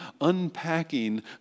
unpacking